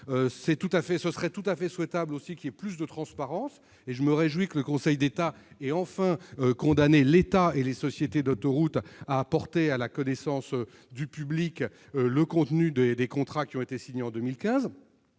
Il serait tout à fait souhaitable qu'il y ait davantage de transparence. À cet égard, je me réjouis que le Conseil d'État ait enfin condamné l'État et les sociétés d'autoroutes à porter à la connaissance du public le contenu des contrats qui ont été signés en 2015.